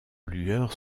lueur